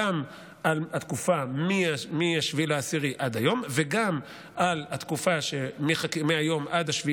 גם על התקופה שמ-7 באוקטובר עד היום וגם על התקופה מהיום עד 7 בינואר,